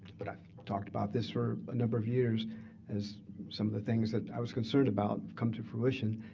but i've talked about this for a number of years as some of the things that i was concerned about come to fruition.